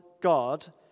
God